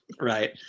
Right